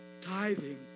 tithing